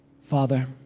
Father